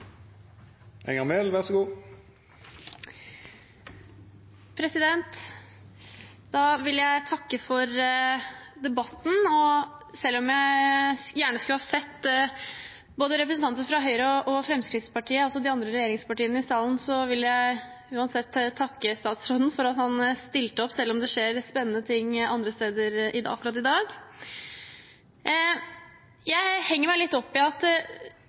vil takke for debatten. Selv om jeg gjerne skulle sett representanter fra både Høyre, Fremskrittspartiet og andre regjeringspartier i salen, vil jeg uansett takke statsråden for at han stilte opp – selv om det skjer spennende ting andre steder akkurat i dag. Jeg henger meg litt opp i at